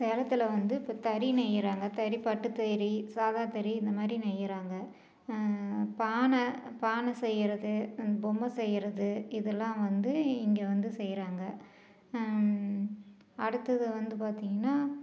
சேலத்தில் வந்து இப்போ தறி நெய்யறாங்க தறி பட்டு தறி சாத தறி இந்த மாதிரி நெய்யறாங்க பானை பானை செய்யறது இந்த பொம்மை செய்யறது இதெல்லாம் வந்து இங்கே வந்து செய்யறாங்க அடுத்தது வந்து பார்த்திங்கன்னா